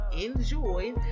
enjoy